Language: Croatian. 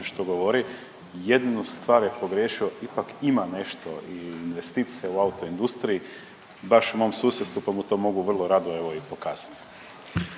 što govori, jednu stvar je pogriješio, ipak ima nešto i investicija u autoindustriji, baš u mom susjedstvu, pa mu to mogu vrlo rado evo i pokazati.